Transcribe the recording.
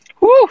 Woo